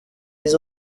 les